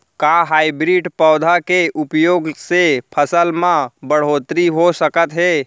का हाइब्रिड पौधा के उपयोग से फसल म बढ़होत्तरी हो सकत हे?